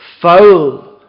Foul